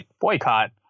boycott